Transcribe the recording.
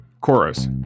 Chorus